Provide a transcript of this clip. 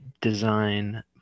design